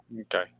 Okay